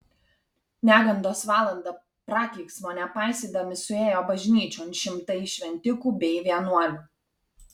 negandos valandą prakeiksmo nepaisydami suėjo bažnyčion šimtai šventikų bei vienuolių